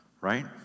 right